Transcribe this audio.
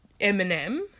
Eminem